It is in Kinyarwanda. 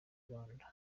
rwanda